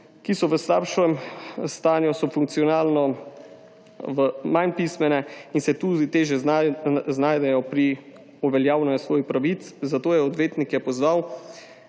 ki so v slabšem stanju, so funkcionalno manj pismene in se tudi težje znajdejo pri uveljavljanju svojih pravic, zato je odvetnike pozval,